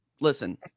Listen